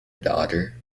daughter